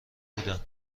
بودم